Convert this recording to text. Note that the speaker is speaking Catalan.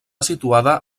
situada